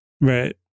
right